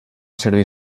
servir